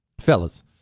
Fellas